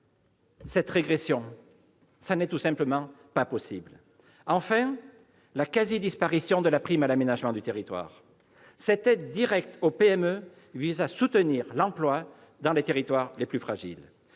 élus ruraux ? C'est tout simplement impossible ! Enfin, on observe la quasi-disparition de la prime à l'aménagement du territoire. Cette aide directe aux PME vise à soutenir l'emploi dans les territoires les plus fragiles.